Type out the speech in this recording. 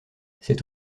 c’est